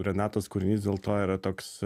renatos kūrinys dėl to yra toks